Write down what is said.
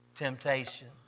temptation